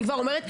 אני כבר אומרת.